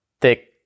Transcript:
thick